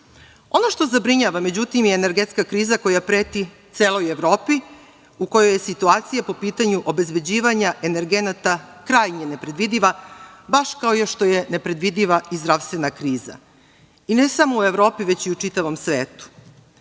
što zabrinjava je energetska kriza koja preti celoj Evropi u kojoj situacije po pitanju obezbeđivanja energetika krajnje nepredvidiva, baš kao što je nepredvidiva zdravstvena kriza, ali ne samo u Evropi, nego u čitavom svetu.